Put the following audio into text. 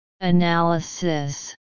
Analysis